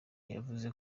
yavuze